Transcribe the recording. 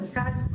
מרכז,